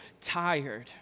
tired